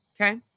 Okay